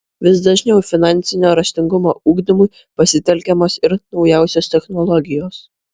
vis dažniau finansinio raštingumo ugdymui pasitelkiamos ir naujausios technologijos